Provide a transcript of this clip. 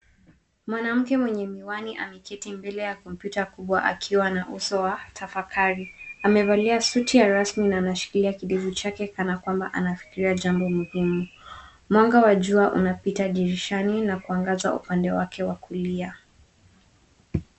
Mwanamke mwenye miwani ameketi mbele ya kompyuta kubwa akiwa na uso wa tafakari. Amevalia suti ya rasmi na anashikilia kidevu chake kana kwamba anafikiria jambo muhimu. Mwanga wa jua unapita dirishani na kuangaza upande wake wa kulia.